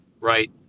right